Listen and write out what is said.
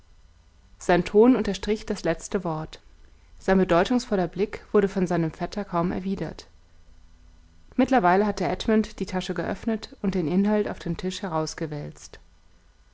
sein ton unterstrich das letzte wort sein bedeutungsvoller blick wurde von seinem vetter kaum erwidert mittlerweile hatte edmund die tasche geöffnet und den inhalt auf den tisch